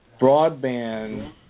broadband